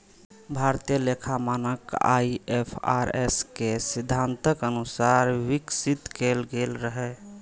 भारतीय लेखा मानक आई.एफ.आर.एस के सिद्धांतक अनुसार विकसित कैल गेल रहै